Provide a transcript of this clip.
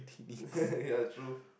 ya true